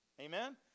Amen